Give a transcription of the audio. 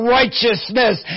righteousness